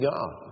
God